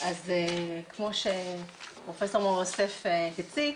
כמו שפרופ' מור-יוסף הציג,